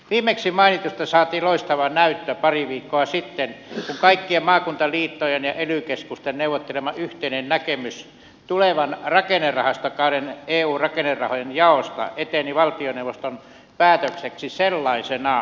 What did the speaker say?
viimeksi mainitusta saatiin loistava näyttö pari viikkoa sitten kun kaikkien maakuntaliittojen ja ely keskusten neuvottelema yhteinen näkemys tulevan rakennerahastokauden eun rakennerahojen jaosta eteni valtioneuvoston päätökseksi sellaisenaan